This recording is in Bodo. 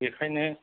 बेखायनो